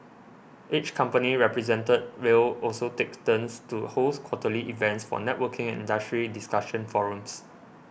each company represented will also take turns to host quarterly events for networking and industry discussion forums